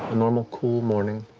a normal cool morning